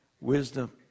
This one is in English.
wisdom